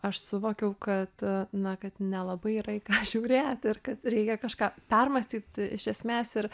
aš suvokiau kad na kad nelabai yra į ką žiūrėt ir kad reikia kažką permąstyt iš esmės ir